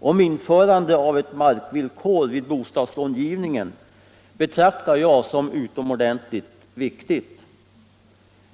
om införande av ett markvillkor vid bostadslångivningen betraktar jag som utomordentligt viktigt.